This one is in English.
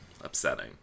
Upsetting